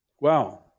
wow